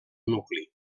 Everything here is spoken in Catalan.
nucli